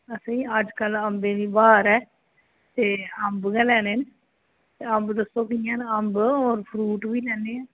असेंगी अज्जकल अम्बें दी ब्हार ऐ ते अम्ब गै लैने न ते अम्ब दस्सो कि'यां न अम्ब होर फरूट बी लैन्ने आं